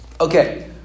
Okay